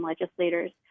legislators